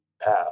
path